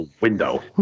window